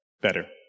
better